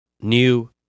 new